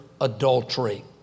adultery